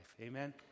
Amen